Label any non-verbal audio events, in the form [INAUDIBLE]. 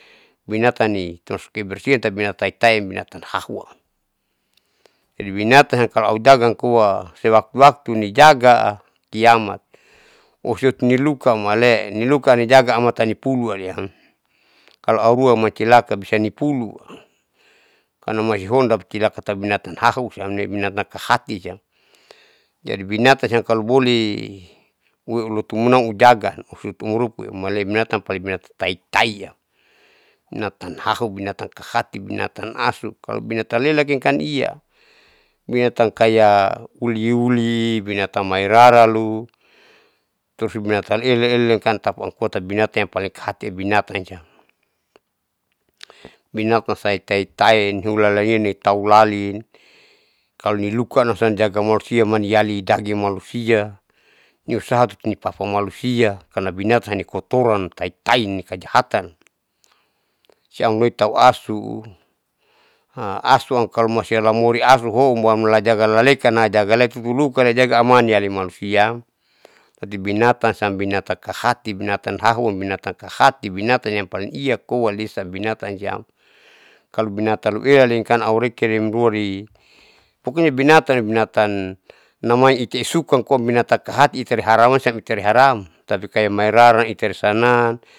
Binatani taukebersian binatan taitai ebinatan hahua jadi binatanam kalo aujaga amkoa sewaktuwaktu nijaga kiamat osiniluka amale niruka nijaga amat tanipulu haleam kalo auruamacilaka bisani pulun hanamai honda cilakatan binatan hahu siamne binatan kahatisiam, jadi binatansan kalo bolehh loilutu menang ujaga suiti maropu male amtau binatan taitai binatan hahu binatan kahati binatan asu kalo binatan lelakinikan ia binatan kaya uliuli binatan mairaralu terus nibintan elaela nikan tapuamkoa binatan apalig kahatie binatan siam binatan sai taitai hulalayeni taulalin kalonilukamsan jagani malusia maiali jajimalusia niusahat nipapamalu ia karnabinatan sanikotoran taitai nikajahatan siam loitauasu, [HESITATION] asuamkalo mangkali siam lamori asuhoun mualajaga laleka jagale tutulukalejaga amaniali malusiam jadi binatan siam binatan kahati binatan hahuam binatan kahati, binatan yang paling iakoa lesa binatan siam kalo binatan ruelasiam aureki remori pokonya binatan luembinatan namai itiimsuka koa binatan kahati itaiara lamaisiam italiharaam tapi kaya mairaran itaisanang.